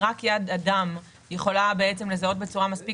רק יד אדם יכולה לזהות בצורה מספיק